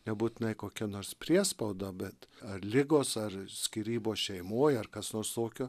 nebūtinai kokia nors priespauda bet ar ligos ar skyrybos šeimoj ar kas nors tokio